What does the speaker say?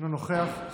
אינו נוכח.